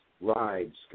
rides